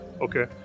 Okay